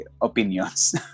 opinions